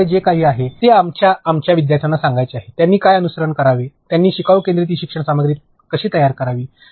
आपल्याकडे जे काही आहे ते आमच्या आमच्या विद्यार्थ्यांना सांगायचे आहे त्यांनी काय अनुसरण करावे त्यांनी शिकाऊ केंद्रित ई शिक्षण सामग्री कशी तयार करावी